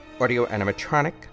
audio-animatronic